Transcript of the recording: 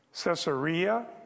Caesarea